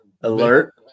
alert